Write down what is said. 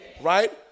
right